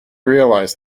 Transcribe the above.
realize